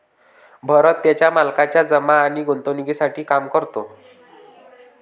भरत त्याच्या मालकाच्या जमा आणि गुंतवणूकीसाठी काम करतो